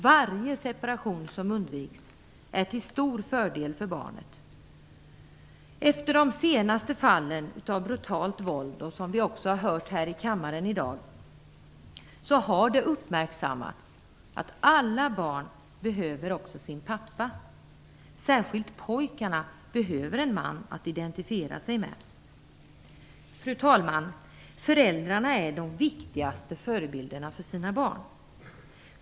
Varje separation som undviks är till stor fördel för barnet. Efter de senaste fallen av brutalt våld - det har vi också hört här i kammaren i dag - har det uppmärksammats att alla barn behöver även sin pappa, särskilt pojkarna; de behöver en man att identifiera sig med. Fru talman! Föräldrarna är de viktigaste förebilderna för sina barn.